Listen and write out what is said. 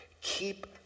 keep